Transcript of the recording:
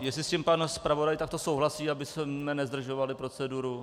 Jestli s tím pan zpravodaj takto souhlasí, abychom nezdržovali proceduru?